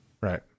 Right